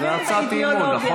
זו הצעת אי-אמון לשר,